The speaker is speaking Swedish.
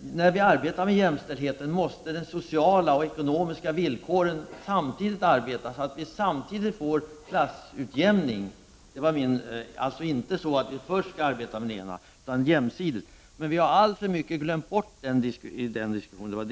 när vi arbetar med jämställdheten måste de sociala och ekonomiska villkoren samtidigt arbeta så att vi samtidigt får klassutjämning. Vi vill alltså arbeta mer jämsides. Men vi har alltför mycket glömt bort det i diskussionen.